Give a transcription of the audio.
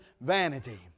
vanity